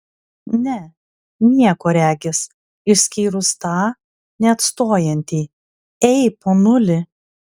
ne nieko regis išskyrus tą neatstojantį ei ponuli